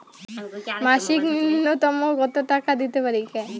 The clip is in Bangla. মাসিক নূন্যতম কত টাকা দিতে পারি?